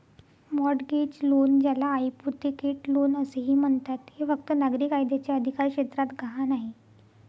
mortgage loan, ज्याला hypothecate loan असेही म्हणतात, हे फक्त नागरी कायद्याच्या अधिकारक्षेत्रात गहाण आहे